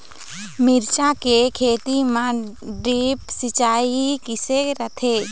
मिरचा के खेती म ड्रिप सिचाई किसे रथे?